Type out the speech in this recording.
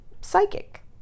psychic